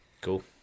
Cool